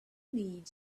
need